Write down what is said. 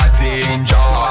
danger